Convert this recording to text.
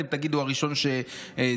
אתם תגידו: הראשון שזיהה,